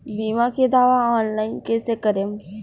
बीमा के दावा ऑनलाइन कैसे करेम?